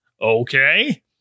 Okay